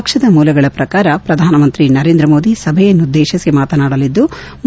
ಪಕ್ಷದ ಮೂಲಗಳ ಪ್ರಕಾರ ಪ್ರಧಾನಮಂತ್ರಿ ನರೇಂದ್ರ ಮೋದಿ ಸಭೆಯನ್ನುದ್ಗೇತಿಸಿ ಮಾತನಾಡಲಿದ್ಗು